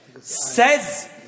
Says